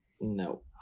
No